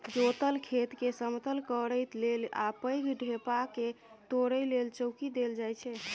जोतल खेतकेँ समतल करय लेल आ पैघ ढेपाकेँ तोरय लेल चौंकी देल जाइ छै